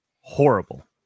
horrible